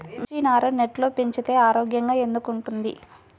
మిర్చి నారు నెట్లో పెంచితే ఆరోగ్యంగా ఎందుకు ఉంటుంది?